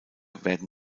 werden